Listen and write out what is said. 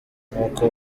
nk’uko